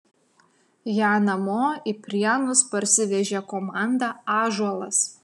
ją namo į prienus parsivežė komanda ąžuolas